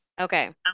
Okay